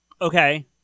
Okay